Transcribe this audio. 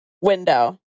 window